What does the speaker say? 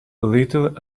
little